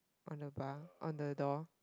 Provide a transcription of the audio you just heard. on the bar on the door